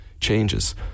changes